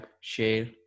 share